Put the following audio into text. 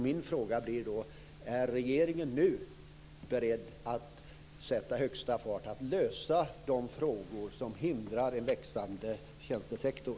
Min fråga är: Är regeringen nu beredd att sätta högsta fart för att lösa de frågor som hindrar en växande tjänstesektor?